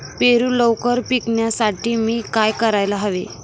पेरू लवकर पिकवण्यासाठी मी काय करायला हवे?